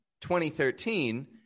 2013